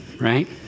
right